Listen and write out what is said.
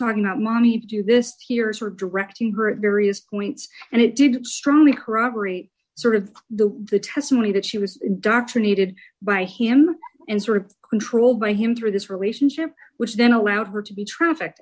talking about mommy to this tears were directing her at various points and it did strongly corroborate sort of the the testimony that she was indoctrinated by him and sort of controlled by him through this relationship which then allowed her to be traffic